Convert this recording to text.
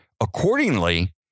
Accordingly